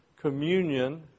communion